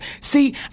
See